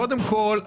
קודם כול,